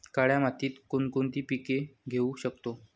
काळ्या मातीत कोणकोणती पिके घेऊ शकतो?